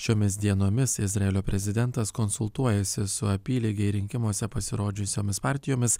šiomis dienomis izraelio prezidentas konsultuojasi su apylygiai rinkimuose pasirodžiusiomis partijomis